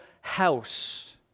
house